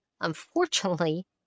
unfortunately